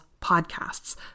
podcasts